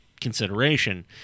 consideration